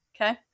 Okay